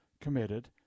committed